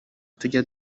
tujya